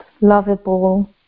lovable